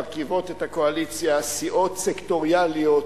מרכיבות את הקואליציה סיעות סקטוריאליות,